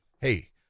Hey